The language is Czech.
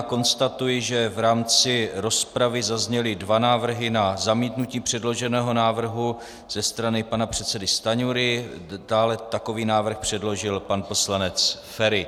Konstatuji, že v rámci rozpravy zazněly dva návrhy na zamítnutí předloženého návrhu ze strany pana předsedy Stanjury, dále takový návrh předložil pan poslanec Feri.